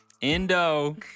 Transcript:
Indo